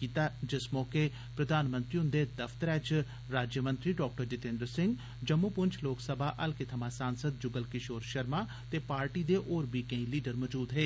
कीता जिस मौके प्रधानमंत्रीहुंदे दफ्तरै च राज्यमंत्री डॉ जितेन्द्र सिं जम्मू पुंछ लोक सभा हल्के थमां सांसद जुगल किशोर शर्मा ते पार्टी दे होर बी केई लीडर मजूद हे